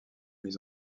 mis